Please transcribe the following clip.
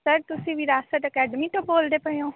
sir ਤੁਸੀਂ Virasat Academy ਤੋਂ ਬੋਲਦੇ ਪਏ ਹੋ